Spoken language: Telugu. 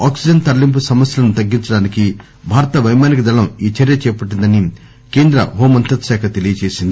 ఆక్సిజన్ తరలీంపు సమస్యలను తగ్గించడానికి భారతపైమానిక దళం ఈ చర్య చేపట్టిందని కేంద్ర హోంమంత్రిత్వశాఖ తెలియజేసింది